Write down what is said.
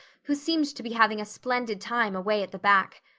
who seemed to be having a splendid time away at the back.